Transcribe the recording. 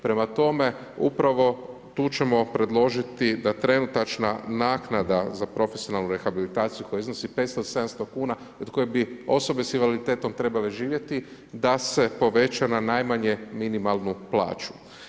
Prema tome, upravo tu ćemo predložiti da trenutačna naknada za profesionalnu rehabilitaciju koja iznosi 500-700 kuna i od koje bi osobe sa invaliditetom trebale živjeti da se poveća na najmanje minimalnu plaću.